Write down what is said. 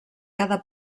cada